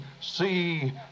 see